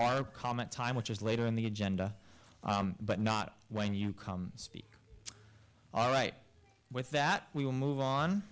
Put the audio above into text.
our comment time which is later in the agenda but not when you come speak all right with that we will move on